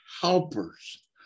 helpers